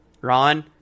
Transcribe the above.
Ron